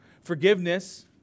Forgiveness